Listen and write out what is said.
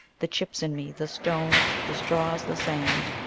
the chips in me, the stones, the straws, the sand,